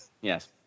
Yes